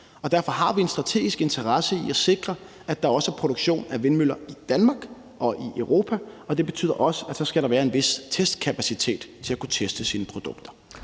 Derfor har vi en strategisk interesse i at sikre, at der også er produktion af vindmøller i Danmark og i Europa, og det betyder også, at der skal være en vis testkapacitet til at teste produkterne.